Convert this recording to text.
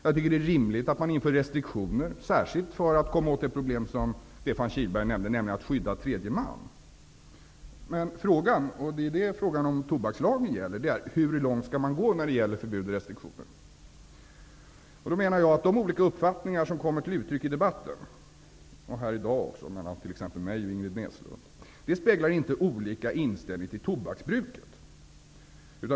Jag tycker också att det är rimligt att införa restriktioner, särskilt för att komma åt det problem som Stefan Kihlberg nämnde, dvs. att skydda tredje man. Men frågan är -- och det är det som tobakslagen gäller: Hur långt skall man gå när det gäller förbud och restriktioner? Jag menar att de olika uppfattningar som kommer till uttryck i debatten -- också här i dag, t.ex. mellan mig och Ingrid Näslund -- inte speglar olika inställning till tobaksbruket.